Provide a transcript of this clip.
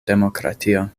demokratio